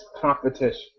competition